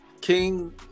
King